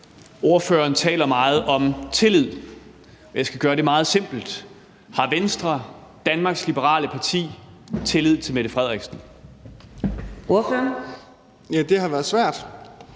Ordføreren taler meget om tillid. Jeg skal gøre det meget simpelt: Har Venstre, Danmarks Liberale Parti, tillid til Mette Frederiksen ? Kl. 14:41 Fjerde